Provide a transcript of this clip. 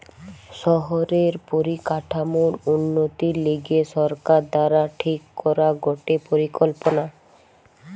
শহরের পরিকাঠামোর উন্নতির লিগে সরকার দ্বারা ঠিক করা গটে পরিকল্পনা